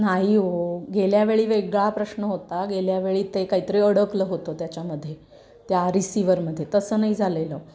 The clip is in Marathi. नाही हो गेल्या वेळी वेगळा प्रश्न होता गेल्या वेळी ते काहीतरी अडकलं होतं त्याच्यामधे त्या रिसिव्हरमध्ये तसं नाही झालेलं